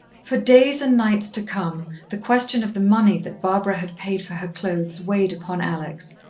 for days and nights to come, the question of the money that barbara had paid for her clothes weighed upon alex.